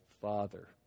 Father